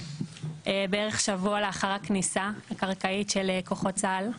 בערך שבוע לאחר הכניסה הקרקעית של כוחות צה"ל.